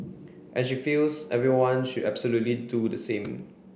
and she feels everyone should absolutely do the same